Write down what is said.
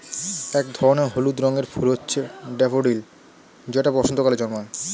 এক ধরনের হলুদ রঙের ফুল হচ্ছে ড্যাফোডিল যেটা বসন্তকালে জন্মায়